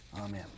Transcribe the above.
Amen